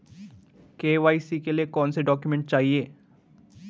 KYC के लिए कौनसे डॉक्यूमेंट चाहिये?